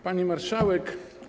Pani Marszałek!